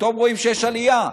פתאום רואים שיש עלייה,